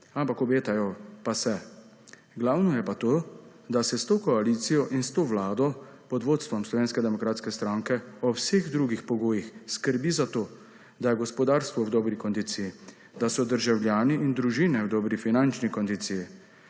obetajo pa se. Glavno je pa to, da se s to koalicijo in to Vlado pod vodstvom Slovenske demokratske stranke ob vseh drugih pogojih skrbi za to, da je gospodarstvo v dobri kondiciji, da so državljani in družine v dobri finančni kondiciji,